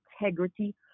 integrity